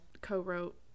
co-wrote